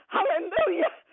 Hallelujah